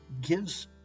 gives